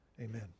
Amen